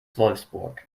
wolfsburg